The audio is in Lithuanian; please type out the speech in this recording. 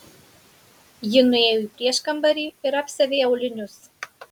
ji nuėjo į prieškambarį ir apsiavė aulinius